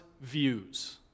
views